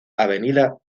avenida